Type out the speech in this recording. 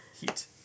Heat